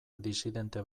disidente